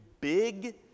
big